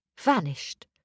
vanished